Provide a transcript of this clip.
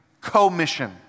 commission